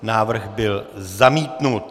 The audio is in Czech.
Návrh byl zamítnut.